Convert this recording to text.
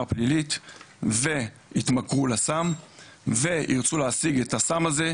פלילית ויתמכרו לסם וירצו להשיג את הסם הזה.